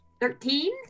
Thirteen